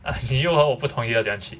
你又和我不同又要怎样 cheat